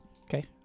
okay